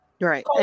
Right